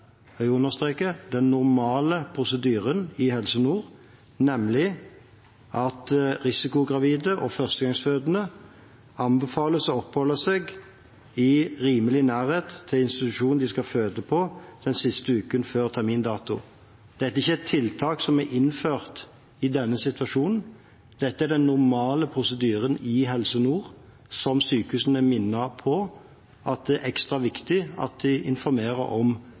jeg vil understreke normale – prosedyren i Helse Nord, nemlig at risikogravide og førstegangsfødende anbefales å oppholde seg i rimelig nærhet til institusjonen de skal føde på, den siste uken før termindato. Det er ikke et tiltak som er innført i denne situasjonen, dette er den normale prosedyren i Helse Nord, som sykehusene er minnet på at det er ekstra viktig at de informerer om